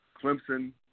Clemson